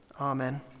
amen